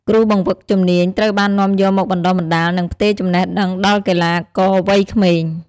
គ្រូបង្វឹកជំនាញត្រូវបាននាំយកមកបណ្តុះបណ្តាល និងផ្ទេរចំណេះដឹងដល់កីឡាករវ័យក្មេង។